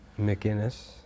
McInnes